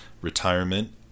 retirement